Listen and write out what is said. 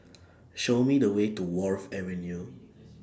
Show Me The Way to Wharf Avenue